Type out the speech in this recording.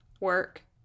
work